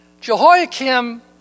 Jehoiakim